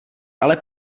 ale